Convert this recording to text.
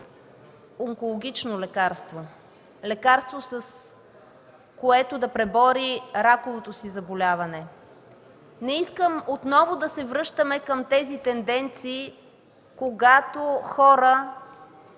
онкологично лекарство – лекарство, с което да пребори раковото си заболяване. Не искам отново да се връщаме към тези тенденции, когато хора